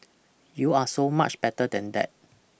you are so much better than that